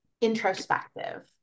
introspective